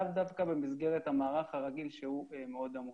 לאו דווקא במסגרת המערך הרגיל שהוא מאוד עמוס.